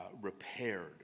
repaired